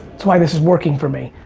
that's why this is working for me.